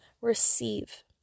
receive